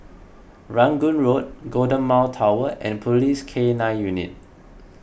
Rangoon Road Golden Mile Tower and Police K nine Unit